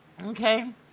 Okay